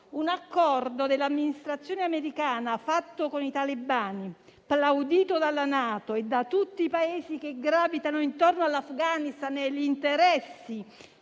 un accordo dell'amministrazione americana fatto con i talebani, plaudito dalla NATO e da tutti i Paesi che gravitano intorno all'Afghanistan e agli interessi